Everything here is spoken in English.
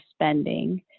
spending